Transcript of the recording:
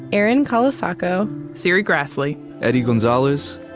erin colasacco, serri graslie, eddie gonzalez,